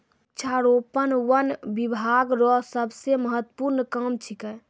वृक्षारोपण वन बिभाग रो सबसे महत्वपूर्ण काम छिकै